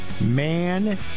man